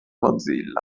mozilla